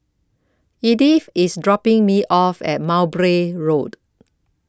Edyth IS dropping Me off At Mowbray Road